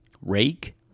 Rake